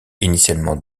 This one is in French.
initialement